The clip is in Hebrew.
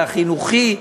החינוכי,